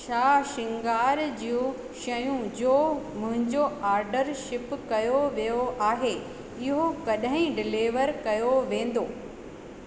छा श्रंगार जूं शयूं जो मुंहिंजो ऑर्डर शिप कयो वियो आहे इहो कॾहिं डिलीवर कयो वेंदो